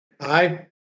Aye